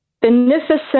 beneficent